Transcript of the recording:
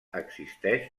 existeix